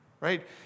Right